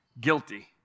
guilty